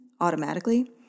automatically